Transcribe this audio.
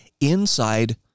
inside